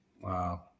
Wow